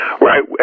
Right